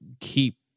keep